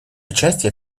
участия